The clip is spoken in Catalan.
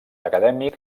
acadèmic